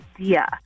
idea